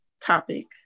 topic